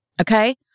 Okay